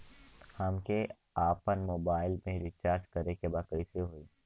हमके आपन मोबाइल मे रिचार्ज करे के बा कैसे होई?